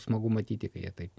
nu smagu matyti kai jie taip